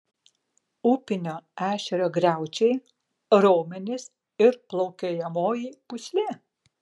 upinio ešerio griaučiai raumenys ir plaukiojamoji pūslė